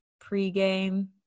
pre-game